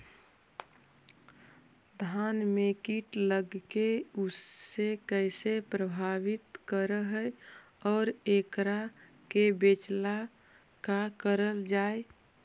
धान में कीट लगके उसे कैसे प्रभावित कर हई और एकरा से बचेला का करल जाए?